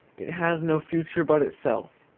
it has no future but itself,